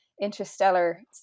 interstellar